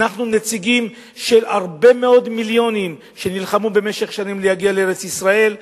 אנחנו נציגים של הרבה מאוד מיליונים שנלחמו במשך שנים להגיע לארץ-ישראל,